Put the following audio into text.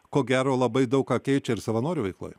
ko gero labai daug ką keičia ir savanorių veikloje